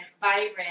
vibrant